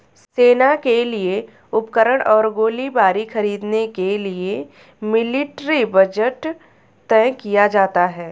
सेना के लिए उपकरण और गोलीबारी खरीदने के लिए मिलिट्री बजट तय किया जाता है